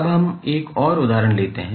अब हम एक और उदाहरण लेते हैं